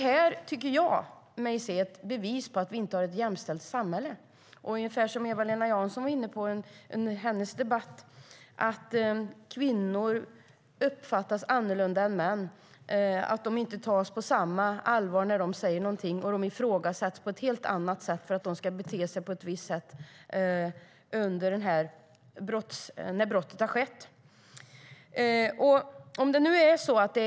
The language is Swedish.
Här tycker jag mig se bevis på att samhället inte är jämställt. Eva-Lena Jansson nämnde vid debatten om hennes interpellation att kvinnor uppfattas som annorlunda än män, att de inte tas på samma allvar när det säger något och att de ifrågasätts på ett helt annat när det gäller hur de har betett sig under det pågående brottet.